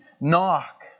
knock